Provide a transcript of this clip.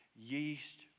yeast